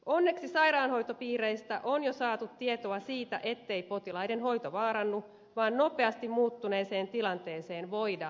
onneksi sairaanhoitopiireistä on jo saatu tietoa siitä ettei potilaiden hoito vaarannu vaan nopeasti muuttuneeseen tilanteeseen voidaan vastata